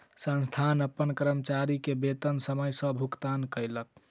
संस्थान अपन कर्मचारी के वेतन समय सॅ भुगतान कयलक